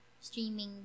streaming